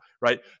right